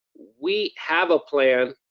we have a plan,